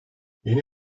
yeni